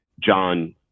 John